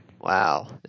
Wow